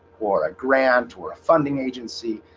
or a grant or a funding agency.